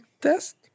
test